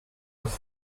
aus